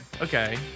Okay